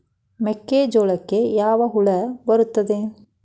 ಮೆಕ್ಕೆಜೋಳಕ್ಕೆ ಯಾವ ಹುಳ ಬರುತ್ತದೆ?